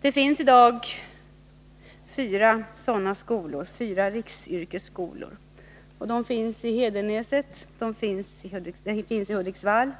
Det finns i dag fyra sådana skolor, belägna i Hedenäset, Hudiksvall,